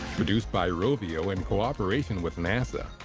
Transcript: produced by rovio in cooperation with nasa,